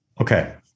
Okay